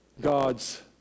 God's